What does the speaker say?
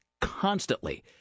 constantly